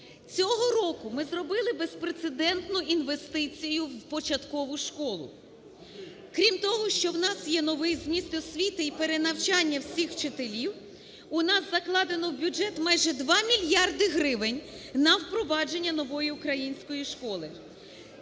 Цього року ми зробили безпрецедентну інвестицію в початкову школу. Крім того, що у нас є новий зміст освіти і перенавчання всіх вчителів, у нас закладено в бюджет майже 2 мільярди гривень на впровадження нової української школи.